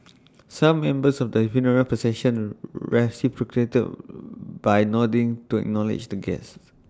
some members of the funeral procession reciprocated by nodding to acknowledge the guests